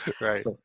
Right